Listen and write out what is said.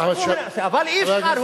אבל אי-אפשר,